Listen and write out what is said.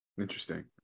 Interesting